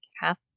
half